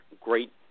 great